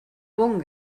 bon